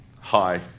hi